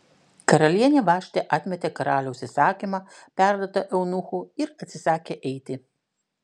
karalienė vaštė atmetė karaliaus įsakymą perduotą eunuchų ir atsisakė eiti